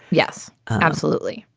yes, absolutely.